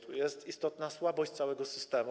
Tu jest istotna słabość całego systemu.